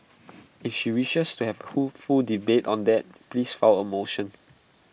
if she wishes to have A full debate on that please file A motion